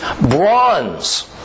bronze